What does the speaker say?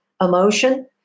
emotion